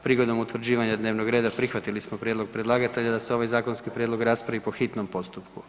Prigodom utvrđivanja dnevnog reda prihvatili smo prijedlog predlagatelja da se ovaj zakonski prijedlog raspravi po hitnom postupku.